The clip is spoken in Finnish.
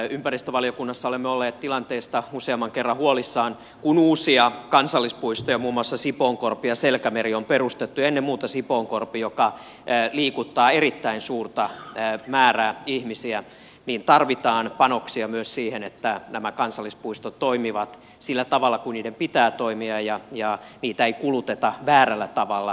ympäristövaliokunnassa olemme olleet tilanteesta useamman kerran huolissaan kun uusia kansallispuistoja muun muassa sipoonkorpi ja selkämeri on perustettu ennen muuta sipoonkorpi joka liikuttaa erittäin suurta määrää ihmisiä joten tarvitaan panoksia myös siihen että nämä kansallispuistot toimivat sillä tavalla kuin niiden pitää toimia eikä niitä kuluteta väärällä tavalla